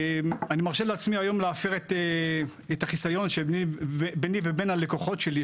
אני מרשה לעצמי היום להפר את החיסיון ביני לבין הלקוחות שלי,